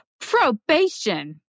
Probation